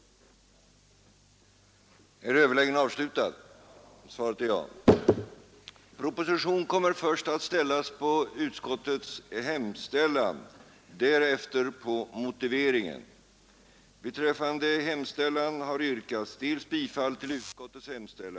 första var att reservationen i KU på den här punkten innebär ett förslag om reglering av fackföreningarnas beslutsfrihet. Det är det inte fråga om.